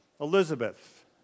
Elizabeth